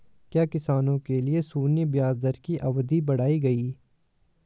क्या किसानों के लिए शून्य ब्याज दर की अवधि बढ़ाई गई?